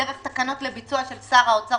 דרך תקנות לביצוע של שר האוצר,